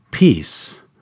peace